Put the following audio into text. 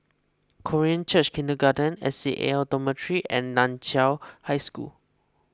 Korean Church Kindergarten S C A L Dormitory and Nan Chiau High School